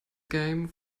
game